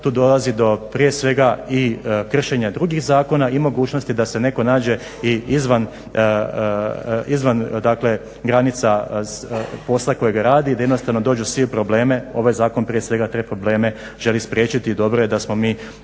tu dolazi do prije svega i kršenja drugih zakona i mogućnosti da se neko nađe i izvan granica posla kojeg radi, da jednostavno dođu svi u probleme. Ovaj zakon prije svega te probleme želi spriječiti i dobro je da smo mi